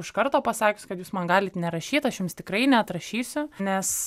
iš karto pasakius kad jūs man galit nerašyt aš jums tikrai neatrašysiu nes